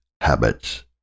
habits